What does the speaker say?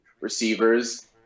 receivers